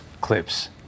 clips